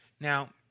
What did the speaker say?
Now